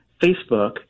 Facebook